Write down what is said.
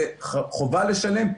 זה חובה לשלם,